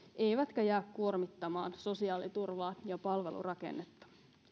eivätkä jää kuormittamaan sosiaaliturvaa ja palvelurakennetta